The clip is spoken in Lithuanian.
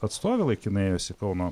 atstovė laikinai ėjusi kauno